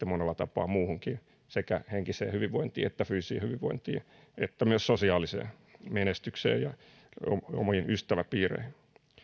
monella tapaa muuhunkin sekä henkiseen hyvinvointiin että fyysiseen hyvinvointiin että myös sosiaaliseen menestykseen ja omiin ystäväpiireihin